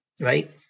Right